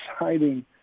exciting